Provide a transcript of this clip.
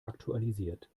aktualisiert